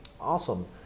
Awesome